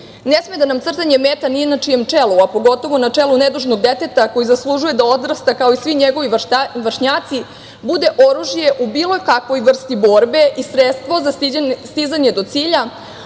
smeta nam crtanje meta ni na čijem čelu, a pogotovo na čelu nedužnog deteta koji zaslužuje da odrasta kao i svi njegovi vršnjaci, bude oružje u bilo kakvoj vrsti borbe i sredstvo za stizanje do cilja,